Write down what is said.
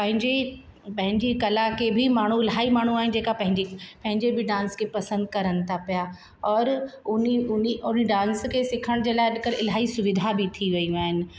पंहिंजी पंहिंजी कला खे बि माण्हू इलाही माण्हू आहिनि पंहिंजी पंहिंजे बि डांस खे पसंदि करण था पिया और उन उन उन डांस खे सिखण जे लाइ इलाही सुविधा बि थी वियूं आहिनि